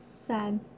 Sad